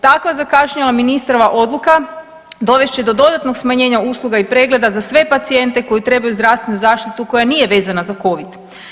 Takva zakašnjela ministrova odluka dovest će do dodatnog smanjenja usluga i pregleda za sve pacijente koji trebaju zdravstvenu zaštitu koja nije vezana za Covid.